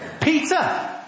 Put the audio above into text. Peter